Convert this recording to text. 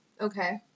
Okay